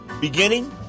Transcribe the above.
beginning